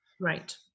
right